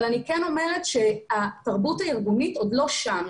אבל אני כן אומרת שהתרבות הארגונית עוד לא שם.